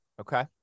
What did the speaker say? Okay